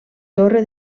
torre